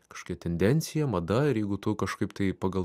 kažkokia tendencija mada ir jeigu tu kažkaip tai pagal